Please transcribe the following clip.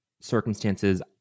circumstances